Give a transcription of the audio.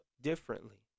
differently